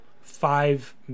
five